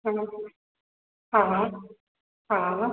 हा हा हा